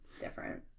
different